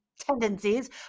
tendencies